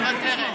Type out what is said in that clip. מוותרת.